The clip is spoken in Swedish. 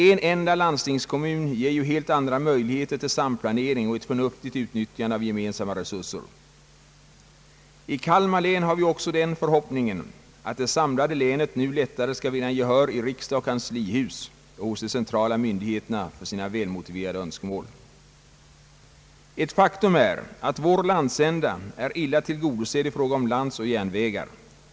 En enda landstingskommun ger ju helt andra möjligheter till samplanering och ett förnuftigt utnyttjande av gemensamma resurser. I Kalmar län har vi också den förhoppningen att det samlade länet nu lättare skall vinna gehör i riksdag och kanslihus samt hos de centrala myndigheterna för sina välmotiverade önskemål. Ett faktum är att vår landsända är illa tillgodosedd i fråga om landsoch järnvägar.